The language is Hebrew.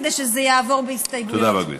כדי שזה יעבור בהסתייגויות.